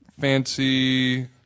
fancy